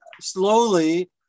slowly